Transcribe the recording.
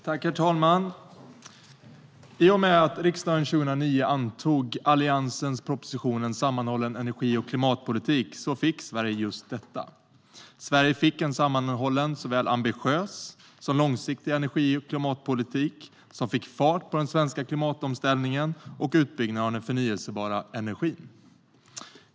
Herr talman! I och med att riksdagen 2009 antog Alliansens proposition En sammanhållen klimat och energipolitik fick Sverige just detta. Sverige fick en sammanhållen såväl ambitiös som långsiktig klimat och energipolitik som fick fart på den svenska klimatomställningen och utbyggnaden av den förnybara energin.